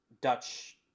Dutch